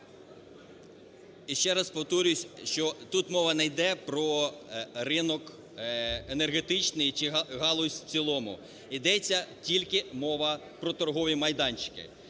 Іще раз повторююсь, що тут мова не йде про ринок енергетичний чи галузь в цілому, йдеться тільки мова про торгові майданчики.